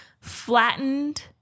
Flattened